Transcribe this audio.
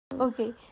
Okay